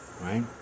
right